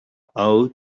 how